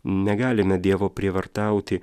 negalime dievo prievartauti